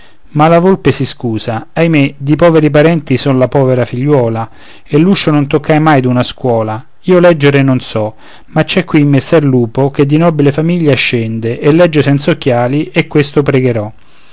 ma la volpe si scusa ahimè di poveri parenti son la povera figliuola e l'uscio non toccai mai d'una scuola io leggere non so ma c'è qui messer lupo che di nobile famiglia scende e legge senz'occhiali e questo pregherò